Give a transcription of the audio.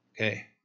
Okay